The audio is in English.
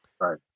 Right